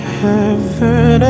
heaven